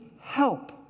help